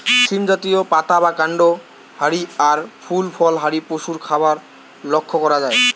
সীম জাতীয়, পাতা বা কান্ড হারি আর ফুল ফল হারি পশুর খাবার লক্ষ করা যায়